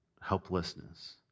helplessness